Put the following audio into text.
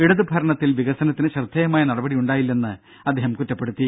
ഇടത് ഭരണത്തിൽ വികസനത്തിന് ശ്രദ്ധേയമായ നടപടിയുണ്ടായില്ലെന്ന് അദ്ദേഹം പറഞ്ഞു